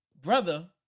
Brother